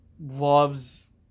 loves